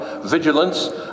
vigilance